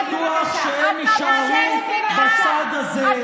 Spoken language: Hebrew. בטוח שהם יישארו בצד הזה,